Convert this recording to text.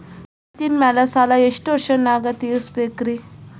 ಕಂತಿನ ಮ್ಯಾಲ ಸಾಲಾ ಎಷ್ಟ ವರ್ಷ ನ್ಯಾಗ ತೀರಸ ಬೇಕ್ರಿ?